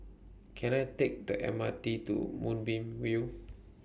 Can I Take The M R T to Moonbeam View